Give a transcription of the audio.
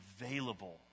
available